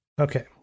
Okay